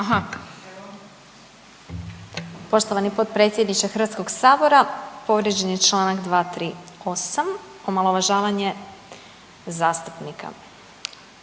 Poštovani potpredsjedniče HS-a, povrijeđen je čl. 238, omalovažavanje zastupnika.